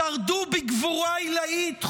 שרדו בגבורה עילאית חודשים,